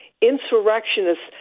insurrectionists